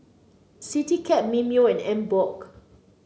Citycab Mimeo and Emborg